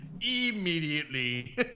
immediately